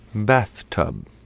Bathtub